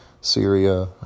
Syria